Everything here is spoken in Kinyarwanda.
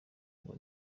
ngo